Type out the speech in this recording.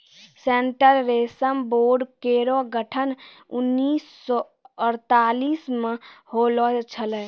central रेशम board केरो गठन उन्नीस सौ अड़तालीस म होलो छलै